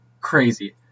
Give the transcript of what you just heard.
Crazy